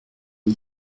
les